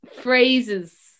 phrases